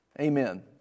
Amen